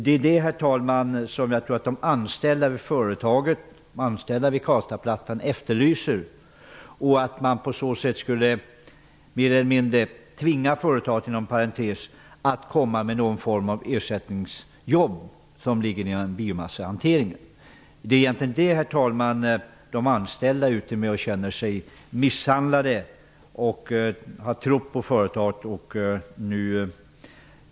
Det är detta, herr talman, som jag tror att de anställda vid Karlstadplattan efterlyser. På så sätt skulle man mer eller mindre tvinga företaget att komma med någon form av ersättningsjobb inom biomassahanteringen. De anställda känner sig misshandlade. De har trott på företaget. Herr talman!